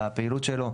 בפעילות שלו,